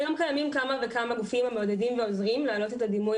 כיום קיימים כמה וכמה גופים המעודדים ועוזרים להעלות את הדימוי